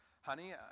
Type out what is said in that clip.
honey